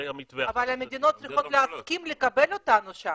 אבל המדינות צריכות להסכים לקבל אותנו שם.